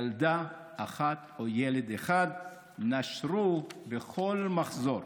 ילדה אחת או ילד אחד נשרו בכל מחזור.